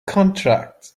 contract